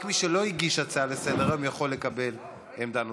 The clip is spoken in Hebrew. רק מי שלא הגיש הצעה לסדר-היום יכול לקבל עמדה נוספת.